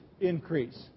increase